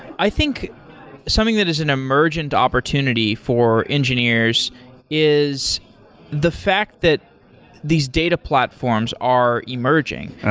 i think something that is an emergent opportunity for engineers is the fact that these data platforms are emerging.